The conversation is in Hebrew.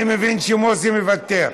אני מבין שמוסי מוותר.